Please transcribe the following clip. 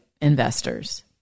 investors